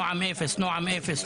נעם אפס,